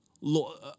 Lord